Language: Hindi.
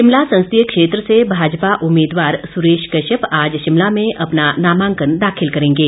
शिमला संसदीय क्षेत्र से भाजपा उम्मीदवार सुरेश कश्यप आज शिमला में अपना नामांकन दाखिल करेंगे